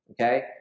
Okay